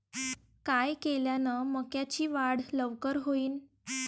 काय केल्यान मक्याची वाढ लवकर होईन?